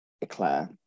Eclair